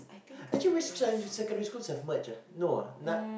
actually which secondary secondary schools have merged ah no ah none